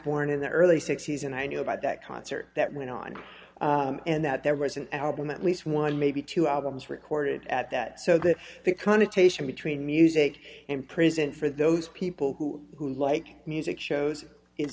born in the early sixty's and i knew about that concert that went on and that there was an album at least one maybe two albums recorded at that so that the connotation between music and prison for those people who who like music shows i